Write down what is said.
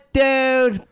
dude